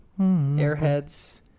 Airheads